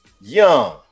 Young